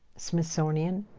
smithsonian.